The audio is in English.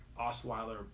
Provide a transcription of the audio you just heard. Osweiler